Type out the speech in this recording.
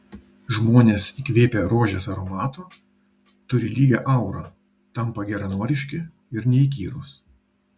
žmonės įkvėpę rožės aromato turi lygią aurą tampa geranoriški ir neįkyrūs